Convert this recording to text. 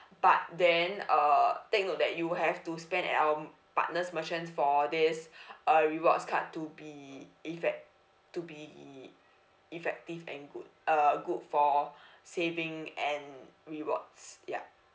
but then uh take note that you have to spend at our partners merchants for this uh rewards card to be effect to be effective and good uh good for saving and rewards yup